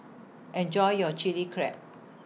Enjoy your Chili Crab